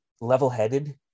level-headed